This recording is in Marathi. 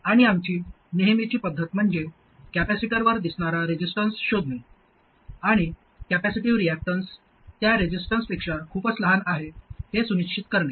आणि आमची नेहमीची पद्धत म्हणजे कॅपेसिटरवर दिसणारा रेसिस्टन्स शोधणे आणि कॅपेसिटिव्ह रिएक्टन्स त्या रेसिस्टन्सपेक्षा खूपच लहान आहे हे सुनिश्चित करणे